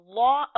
law